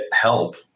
help